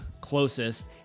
closest